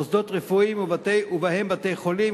מוסדות רפואיים ובהם בתי-חולים,